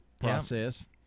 process